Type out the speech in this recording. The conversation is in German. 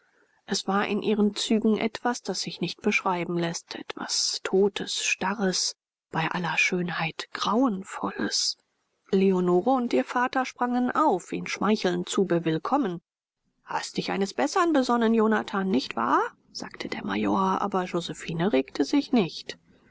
es war in ihren zügen etwas das sich nicht beschreiben läßt etwas totes starres bei aller schönheit grauenvolles leonore und ihr vater sprangen auf ihn schmeichelnd zu bewillkommen hast dich eines bessern besonnen jonathan nicht wahr sagte der major aber josephine regte sich nicht